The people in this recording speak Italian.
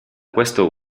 questo